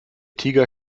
tiger